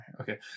Okay